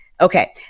Okay